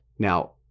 Now